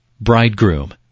Bridegroom